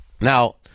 Now